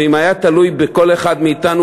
ואם זה היה תלוי בכל אחד מאתנו,